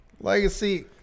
Legacy